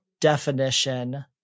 definition